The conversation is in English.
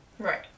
Right